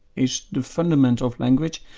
is the fundament of language,